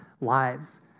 lives